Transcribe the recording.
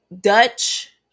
dutch